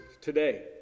today